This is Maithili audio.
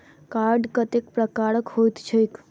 कार्ड कतेक प्रकारक होइत छैक?